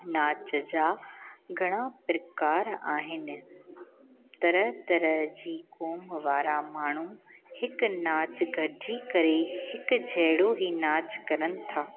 नाच जा घणा प्रकार आहिनि तरह तरह जी क़ौम वारा माण्हू हिकु नाचु गॾिजी करे हिकु जहिड़ो ई नाच करनि था